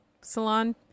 Salon